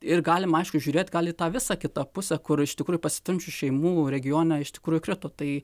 ir galima aišku žiūrėt gal į tą visą kitą pusę kur iš tikrųjų pasiturinčių šeimų regione iš tikrųjų krito tai